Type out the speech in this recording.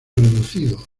reducido